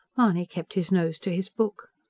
mahony kept his nose to his book.